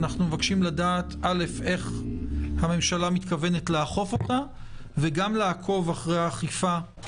אנחנו מבקשים לדעת איך הממשלה מתכוונת לאכוף אותה וגם לעקוב אחר האכיפה,